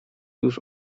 już